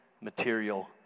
material